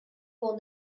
will